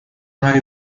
های